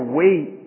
wait